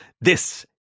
This